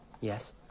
Yes